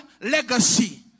legacy